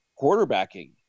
quarterbacking